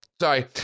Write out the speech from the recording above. Sorry